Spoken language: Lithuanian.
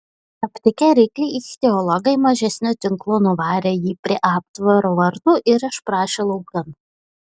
aptikę ryklį ichtiologai mažesniu tinklu nuvarė jį prie aptvaro vartų ir išprašė laukan